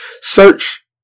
search